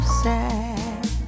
sad